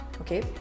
Okay